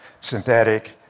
synthetic